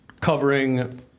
covering